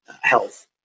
health